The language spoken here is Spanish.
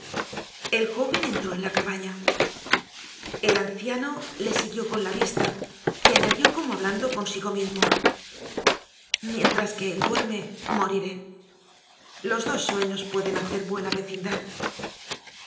el jóven entró en la cabaña el anciano le siguió con la vista y añadió como hablando consigo mismo mientras que él duerme moriré los dos sueños pueden hacer buena vecindad